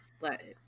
let